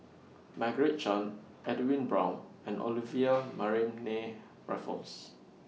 Margaret Chan Edwin Brown and Olivia Mariamne Raffles